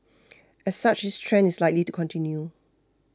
as such this trend is likely to continue